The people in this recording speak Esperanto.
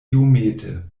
iomete